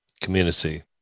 community